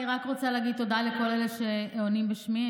אני רק רוצה להגיד תודה לכל אלה שעונים בשמי.